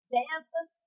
dancing